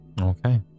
Okay